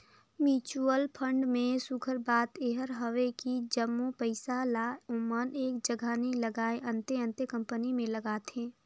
mutual fund में सुग्घर बात एहर हवे कि जम्मो पइसा ल ओमन एक जगहा नी लगाएं, अन्ते अन्ते कंपनी में लगाथें